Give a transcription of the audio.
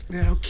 now